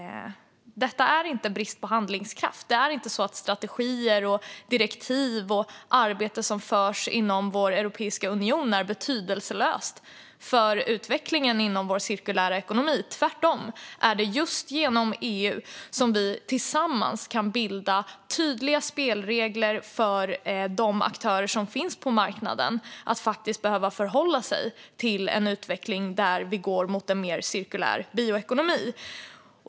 Detta är inte brist på handlingskraft. Det är inte så att strategier, direktiv och arbete som utförs i Europeiska unionen är betydelselöst för utvecklingen inom vår cirkulära ekonomi. Tvärtom är det just genom EU som vi tillsammans kan bilda tydliga spelregler för de aktörer som finns på marknaden att faktiskt förhålla sig till en utveckling där vi går mot en mer cirkulär bioekonomi.